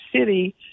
city